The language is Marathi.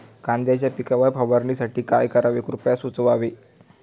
कांद्यांच्या पिकावर फवारणीसाठी काय करावे कृपया सुचवावे